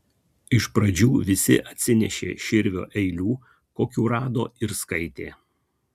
iš pradžių visi atsinešė širvio eilių kokių rado ir skaitė